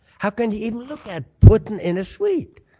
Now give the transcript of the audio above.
how can he even look at putting in a suite?